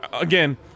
again